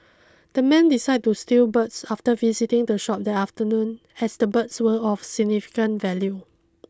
the men decided to steal the birds after visiting the shop that afternoon as the birds were of significant value